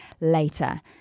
later